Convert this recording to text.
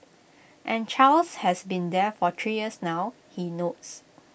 and Charles has been there for three years now he notes